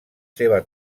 seva